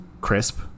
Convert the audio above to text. crisp